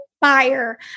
buyer